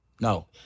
No